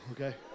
okay